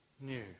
new